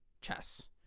chess